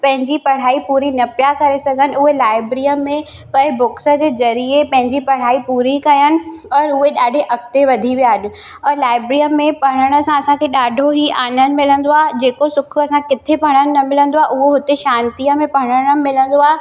पंहिंजी पढ़ाई पूरी न पिया करे सघनि उहे लाइब्रीअ में पर बुक्स जे ज़रिए पंहिंजी पढ़ाई पूरी कयनि और उहे ॾाढी अॻिते वधी विया अॼु और लाइब्रीअ में पढ़ण सां असांखे ॾाढो ई आनंद मिलंदो आहे जेको सुखु असां किथे पढ़नि न मिलंदो आहे उहो हुते शांतीअ में पढ़ण में मिलंदो आहे